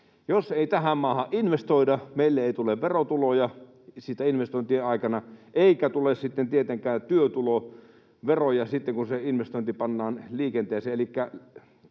Jos ei tähän maahan investoida, meille ei tule verotuloja niitten investointien aikana eikä tule tietenkään työtuloveroja sitten kun se investointi pannaan liikenteeseen,